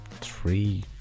three